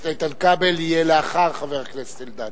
חבר הכנסת איתן כבל יהיה לאחר חבר הכנסת אלדד.